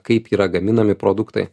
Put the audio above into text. kaip yra gaminami produktai